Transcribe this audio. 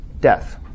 death